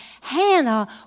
Hannah